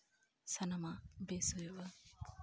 ᱥᱟᱱᱟᱢᱟᱜ ᱵᱮᱥ ᱦᱩᱭᱩᱜᱼᱟ